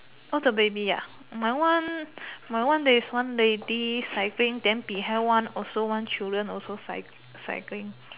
oh the baby ah my one my one there is one lady cycling then behind one also one children cycling